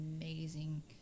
amazing